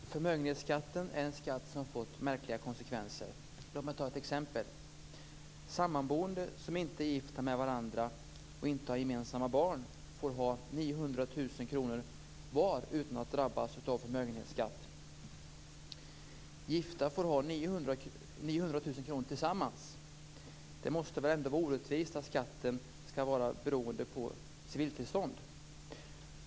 Fru talman! Fru talman! Förmögenhetsskatten är en skatt som fått märkliga konsekvenser. Låt mig ta ett exempel. Sammanboende som inte är gifta med varandra och inte har gemensamma barn får äga 900 000 kr var utan att drabbas av förmögenhetsskatt. Gifta får äga 900 000 kr tillsammans. Det måste väl ändå vara orättvist att skatten skall vara beroende av civilståndet.